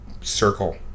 circle